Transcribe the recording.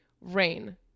Rain